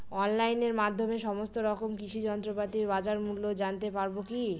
অনলাইনের মাধ্যমে সমস্ত রকম কৃষি যন্ত্রপাতির বাজার মূল্য জানতে পারবো কি?